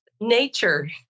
Nature